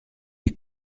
est